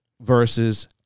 versus